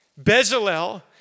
Bezalel